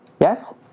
Yes